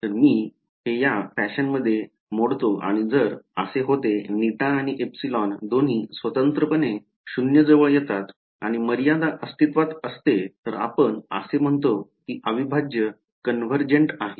तर मी हे या फॅशनमध्ये मोडतो आणि जर असे होते η आणि ε दोन्ही स्वतंत्रपणे 0 जवळ येतात आणि मर्यादा अस्तित्त्वात असते तर आपण असे म्हणतो की अविभाज्य कन्व्हर्जेन्ट आहे